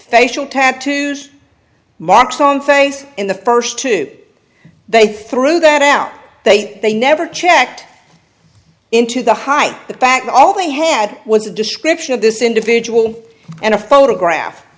facial tattoos marks on face in the first two they threw that out they say they never checked into the height the fact all they had was a description of this individual and a photograph